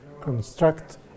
construct